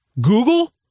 Google